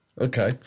okay